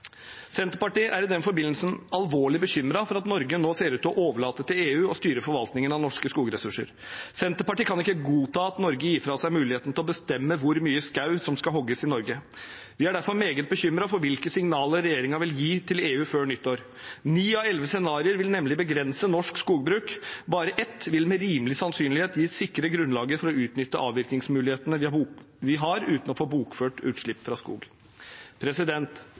Senterpartiet er i den forbindelse alvorlig bekymret over at Norge nå ser ut til å overlate til EU å styre forvaltningen av norske skogressurser. Senterpartiet kan ikke godta at Norge gir fra seg muligheten til å bestemme hvor mye skog som skal hugges i Norge. Vi er derfor meget bekymret for hvilke signaler regjeringen vil gi til EU før nyttår. Ni av elleve scenarioer vil nemlig begrense norsk skogbruk. Bare ett vil med rimelig sannsynlighet sikre grunnlaget for å utnytte avvirkningsmulighetene vi har, uten å få bokført utslipp fra skog.